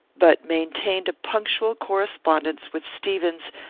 but maintained a punctual correspondence with stevens,